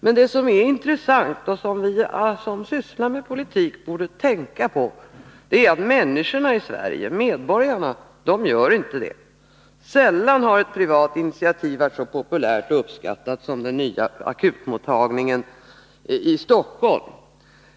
Men det som är intressant och som vi som sysslar med politik borde tänka på är att människorna i Sverige — medborgarna — inte gör det. Sällan har ett privat initiativ varit så populärt och uppskattat som den nya akutmottagningen i Stockholm.